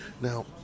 Now